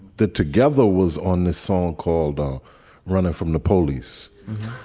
that together was on this song called running from the police.